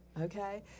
okay